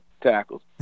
tackles